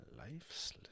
Life's